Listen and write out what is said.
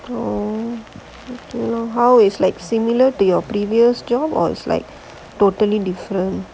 oh you know how is like similar to your previous job or it's like totally different